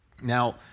Now